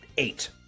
Eight